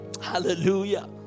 Hallelujah